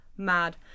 mad